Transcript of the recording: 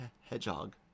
Hedgehog